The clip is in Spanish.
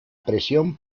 presión